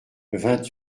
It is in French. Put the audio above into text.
vingt